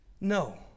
No